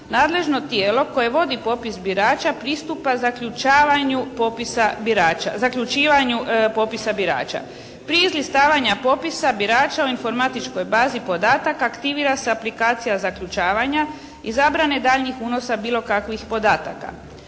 nadležno tijelo koje vodi popis birača pristupa zaključivanju popisa birača. Prije izlistavanja popisa birača u informatičkoj bazi podataka aktivira se aplikacija zaključavanja i zabrane daljnjih unosa bilo kakvih podataka.